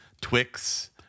Twix